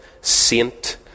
Saint